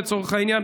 לצורך העניין,